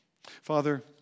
Father